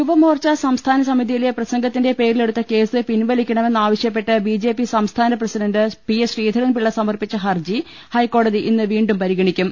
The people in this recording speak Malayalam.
യുവമോർച്ചാ സംസ്ഥാന സമിതിയിലെ പ്രസംഗത്തിന്റെ പേരിലെടുത്ത കേസ് പിൻവലിക്കണമെന്നാവശ്യപ്പെട്ട് പി എസ് ശ്രീധരൻപിള്ള സമർപ്പിച്ച ഹർജി ഹൈക്കോടതി ഇന്ന് വീണ്ടും പരിഗണിക്കും